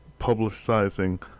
publicizing